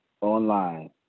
online